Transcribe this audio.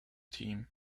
team